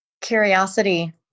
Curiosity